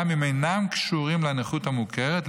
גם אם אינם קשורים לנכות המוכרת,